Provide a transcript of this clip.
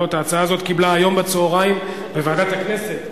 (תיקון מס' 50) (הגבלת תשלום והפסד הטבה בשל ביטול הסכם התקשרות),